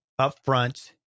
upfront